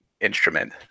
instrument